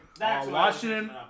Washington